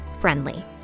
friendly